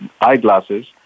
eyeglasses